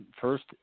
first